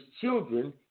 children